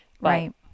Right